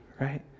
right